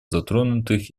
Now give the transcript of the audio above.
затронутых